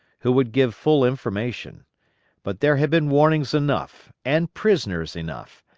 who would give full information but there had been warnings enough, and prisoners enough,